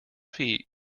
feet